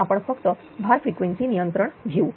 तर आपण फक्त भार फ्रिक्वेन्सी नियंत्रण घेऊ